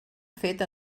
fet